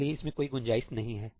इसलिए इसमें कोई गुंजाइश नहीं है